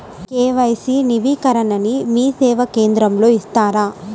KYC నవీకరణని మీసేవా కేంద్రం లో చేస్తారా?